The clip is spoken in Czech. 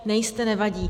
Nejste, nevadí.